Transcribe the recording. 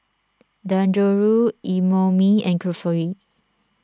Dangojiru Imoni and Kulfi